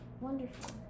Wonderful